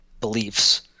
beliefs